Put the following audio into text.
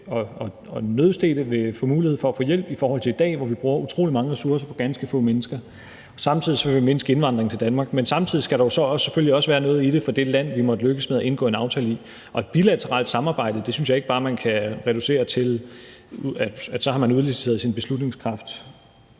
og nødstedte vil få mulighed for at få hjælp i forhold til i dag, hvor vi bruger utrolig mange ressourcer på ganske få mennesker, og samtidig vil det mindske indvandringen til Danmark. Men samtidig skal der jo så selvfølgelig også være noget i det for det land, vi måtte lykkes med at indgå en aftale med, og et bilateralt samarbejde synes jeg ikke bare man kan reducere til, at så har man udliciteret sin beslutningskraft.